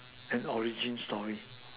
and origin story